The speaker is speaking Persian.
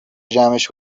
جمعش